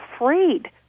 afraid